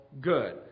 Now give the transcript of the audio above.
good